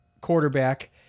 quarterback